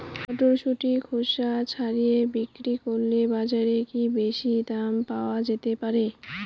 মটরশুটির খোসা ছাড়িয়ে বিক্রি করলে বাজারে কী বেশী দাম পাওয়া যেতে পারে?